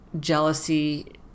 jealousy